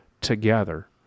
together